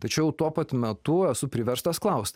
tačiau tuo pat metu esu priverstas klausti